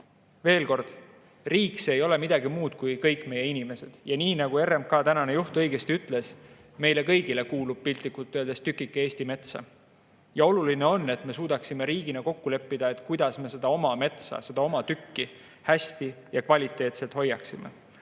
Veel kord: riik, see ei ole midagi muud kui kõik meie inimesed. Nii nagu RMK tänane juht õigesti ütles, meile kõigile kuulub piltlikult öeldes tükike Eesti metsa. Oluline on, et me suudaksime riigina kokku leppida, kuidas me seda oma metsa, seda oma tükki hästi ja kvaliteetselt hoiaksime. Ma